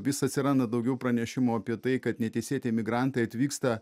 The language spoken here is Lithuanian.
vis atsiranda daugiau pranešimų apie tai kad neteisėti migrantai atvyksta